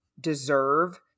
deserve